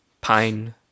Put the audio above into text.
pine